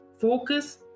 Focus